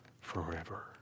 forever